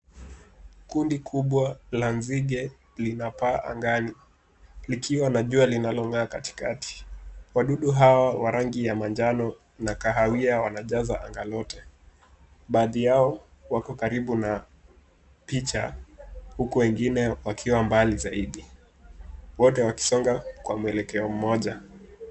Kundi kubwa la nzige linapaa angani, likiwa na jua linalong'aa katikati. Wadudu hawa wa rangi ya manjano na kahawia wanajaza anga lote. Baadhi yao wako karibu na picha, huku wengine wakiwa mbali zaidi. Wote wakisonga kwa mwelekeo mmoja.